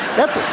that's